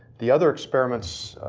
the other experiments,